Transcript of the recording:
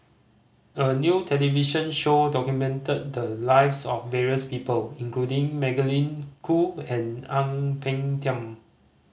a new television show documented the lives of various people including Magdalene Khoo and Ang Peng Tiam